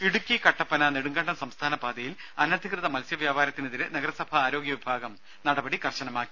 രുദ ഇടുക്കി കട്ടപ്പന നെടുങ്കണ്ടം സംസ്ഥാന പാതയിൽ അനധികൃത മത്സ്യ വ്യാപാരത്തിനെതിരെ നഗരസഭാ ആരോഗ്യവിഭാഗം നടപടി കർശനമാക്കി